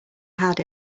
had